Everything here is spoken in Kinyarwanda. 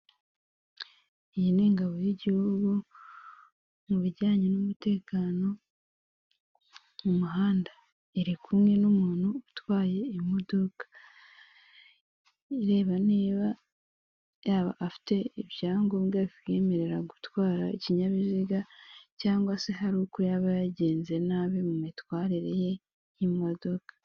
Iyi ni ingabo y'igihugu mu bijyanye n'umutekano mu muhanda, iri kumwe n'umuntu utwaye imodoka, ireba niba yaba afite ibyangombwa bimwemerera gutwara ikinyabiziga cyangwa se hari uko yaba yagenze nabi mu mitwarire ye y'imodoka.